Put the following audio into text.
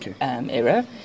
era